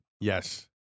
Yes